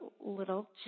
little